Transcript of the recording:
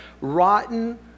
rotten